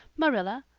marilla,